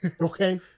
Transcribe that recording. Okay